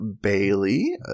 bailey